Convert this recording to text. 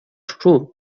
szczur